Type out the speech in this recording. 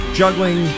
juggling